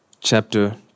chapter